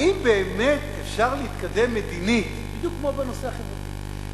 האם באמת אפשר להתקדם מדינית בדיוק כמו בנושא החברתי,